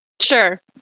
sure